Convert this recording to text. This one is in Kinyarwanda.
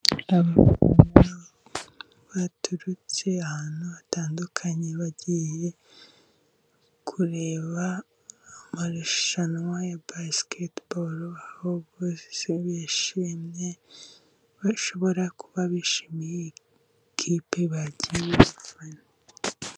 Abafana baturutse ahantu hatandukanye bagiye kureba amarushanwa ya basiketibolo aho bose bishimye, bashobora kuba bishimiye kipe bagiye gunafana.